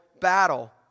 battle